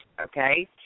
okay